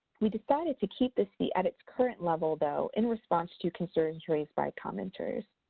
we decided to keep this fee at its current level, though, in response to concerns raised by commenters.